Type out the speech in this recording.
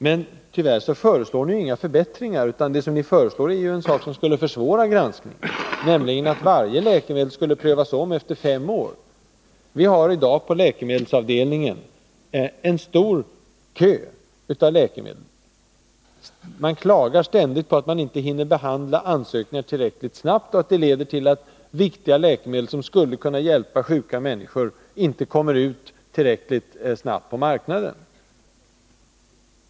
Men tyvärr föreslås inga förbättringar, utan det ni vill — att varje läkemedel skall omprövas vart femte år — skulle försvåra en granskning. Vi har i dag på läkemedelsavdelningen en lång kö av läkemedel. Det klagas ständigt över att man inte hinner behandla ansökningarna och att det leder till att viktiga läkemedel, som skulle kunna hjälpa sjuka människor, inte kommer ut på marknaden tillräckligt snabbt.